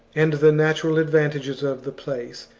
and the natural advantages of the place,